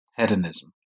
hedonism